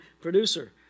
producer